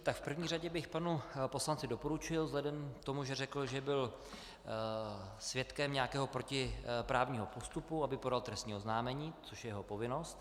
Tak v první řadě bych panu poslanci doporučil, vzhledem k tomu, že byl svědkem nějakého protiprávního postupu, aby podal trestní oznámení, což je jeho povinnost.